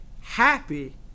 happy